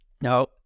Now